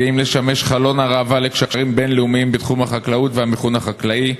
גאים לשמש חלון ראווה לקשרים בין-לאומיים בתחום החקלאות והמיכון החקלאי.